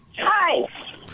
Hi